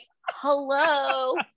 hello